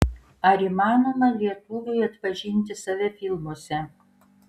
ar įmanoma lietuviui atpažinti save filmuose